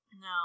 No